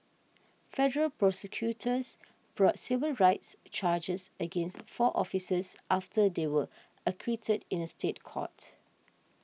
federal prosecutors brought civil rights charges against four officers after they were acquitted in a State Court